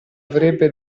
avrebbe